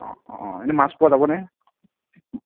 এনেই মাছ পোৱা যাবনে